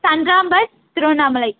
தண்டராம்பட் Tiruvannamalai